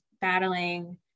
battling